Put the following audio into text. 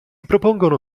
propongono